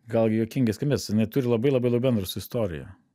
gal juokingai skambės jinai turi labai labai daug bendro su istorija